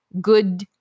good